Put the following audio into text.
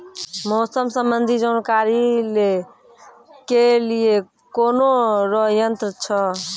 मौसम संबंधी जानकारी ले के लिए कोनोर यन्त्र छ?